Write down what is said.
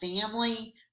family